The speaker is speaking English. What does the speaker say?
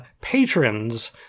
patrons